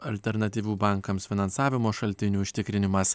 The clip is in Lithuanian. alternatyvių bankams finansavimo šaltinių užtikrinimas